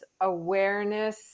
awareness